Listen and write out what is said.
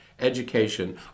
education